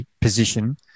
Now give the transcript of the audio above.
position